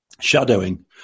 shadowing